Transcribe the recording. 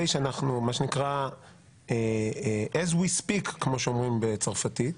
As we speak, כמו שאומרים בצרפתית